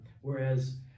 Whereas